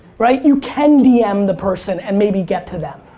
right, you can dm the person and maybe get to them.